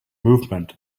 movement